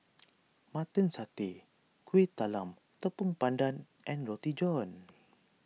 Mutton Satay Kueh Talam Tepong Pandan and Roti John